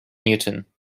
newton